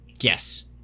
Yes